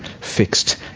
fixed